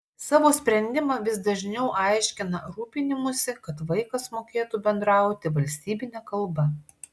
savo sprendimą vis dažniau aiškina rūpinimųsi kad vaikas mokėtų bendrauti valstybine kalba